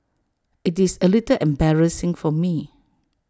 IT is A little embarrassing for me